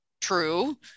true